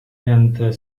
and